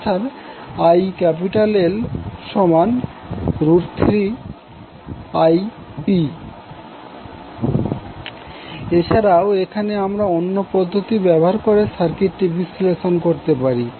অর্থাৎ IL3Ip এছাড়াও এখানে আমরা অন্য পদ্ধতি ব্যবহার করে সার্কিটটি বিশ্লেষণ করতে পারি